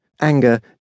anger